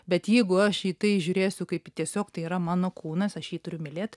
bet jeigu aš į tai žiūrėsiu kaip į tiesiog tai yra mano kūnas aš jį turiu mylėt